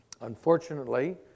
Unfortunately